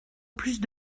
plus